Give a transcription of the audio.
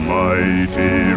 mighty